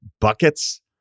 buckets